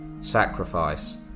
sacrifice